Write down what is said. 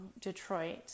Detroit